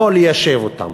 ולא ליישב אותם